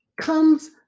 comes